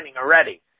already